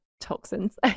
toxins